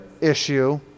issue